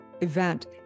event